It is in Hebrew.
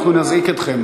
אנחנו נזעיק אתכם.